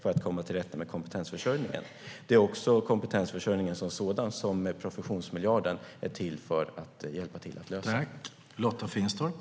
Professionsmiljarden har också kommit till för att hjälpa till att lösa kompetensförsörjningen som sådan.